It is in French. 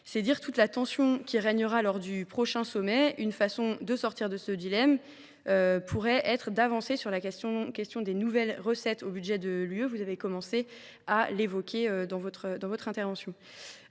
C’est dire toute la tension qui régnera lors du prochain sommet. Une façon de sortir de ce dilemme pourrait être d’avancer sur la question des nouvelles recettes pour le budget de l’Union européenne, comme vous l’avez l’évoqué dans votre intervention,